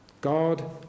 God